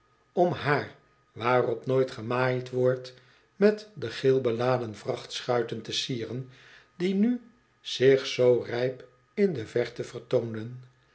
om haar waarop nooit gemaaid wordt met de geel beladen vrachtschuiten te sieren die nu zich zoo rijp in de verte vertoonen